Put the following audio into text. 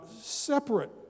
separate